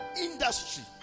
industry